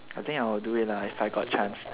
I think I will do it lah if I got chance